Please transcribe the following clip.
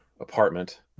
apartment